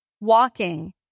walking